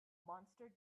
monster